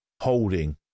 Holding